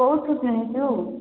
କୋଉଠୁ କିଣିଚୁ